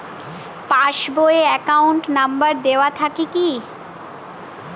Pass বই এ account number দেওয়া থাকে কি?